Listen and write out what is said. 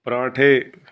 ਪਰਾਂਠੇ